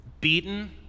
beaten